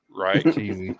Right